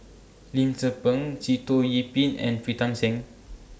Lim Tze Peng Sitoh Yih Pin and Pritam Singh